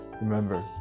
remember